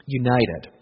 united